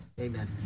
Amen